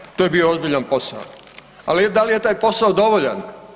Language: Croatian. Dakle, to je bio ozbiljan posao, ali da li je taj posao dovoljan?